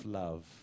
love